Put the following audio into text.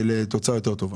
לתוצאה יותר טובה.